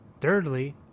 Thirdly